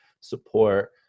support